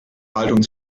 haltung